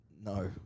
no